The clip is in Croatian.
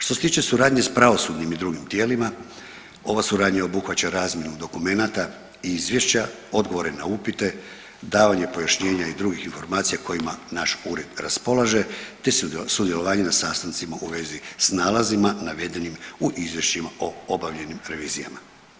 Što se tiče suradnje sa pravosudnim i drugim tijelima ova suradnja obuhvaća razmjenu dokumenata i izvješća, odgovore na upite, davanje pojašnjenja i drugih informacija kojima naš ured raspolaže, te sudjelovanje na sastancima u vezi sa nalazima navedenim u izvješćima o obavljenim revizijama.